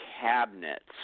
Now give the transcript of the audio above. cabinets